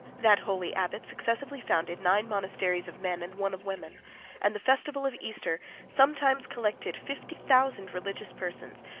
that holy abbot successively founded nine monasteries of men, and one of women and the festival of easter sometimes collected fifty thousand religious persons,